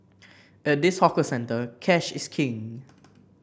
at this hawker centre cash is king